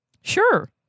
Sure